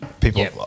people